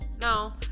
No